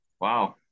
Wow